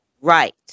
right